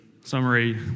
summary